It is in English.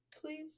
please